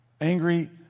angry